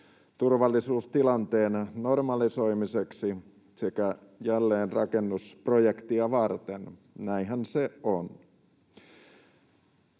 turvallisuustilanteen normalisoimiseksi sekä jälleenrakennusprojektia varten — näinhän se on.